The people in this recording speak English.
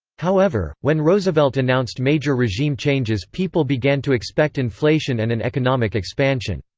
however, when roosevelt announced major regime changes people began to expect inflation and an economic expansion.